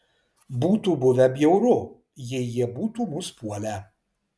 būtų buvę bjauru jei jie būtų mus puolę